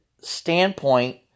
standpoint